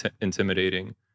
intimidating